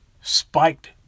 spiked